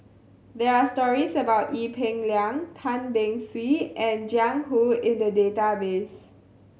there are stories about Ee Peng Liang Tan Beng Swee and Jiang Hu in the database